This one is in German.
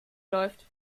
läuft